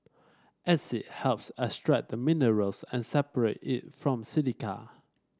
acid helps extract the mineral and separate it from silica